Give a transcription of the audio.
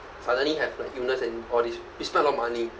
suddenly have like illness and all this we spend a lot money